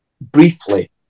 briefly